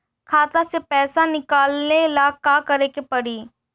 खाता से पैसा निकाले ला का का करे के पड़ी?